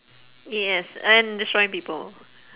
yes and destroying people